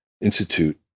Institute